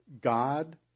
God